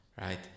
right